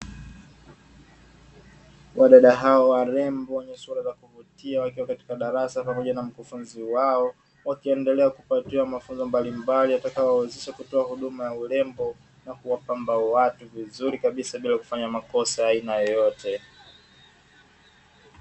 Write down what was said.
Wadada hawa warembo wenye sura za kuvutia, wakiwa katika darasa pamoja na mkufunzi wao, wakiendelea kupatiwa mafunzo mbalimbali yatakayowawezesha kutoa huduma ya urembo na kuwapamba hao watu vizuri kabisa, bila kufanya makosa ya aina yoyote.